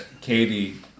Katie